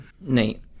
Nate